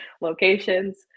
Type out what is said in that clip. locations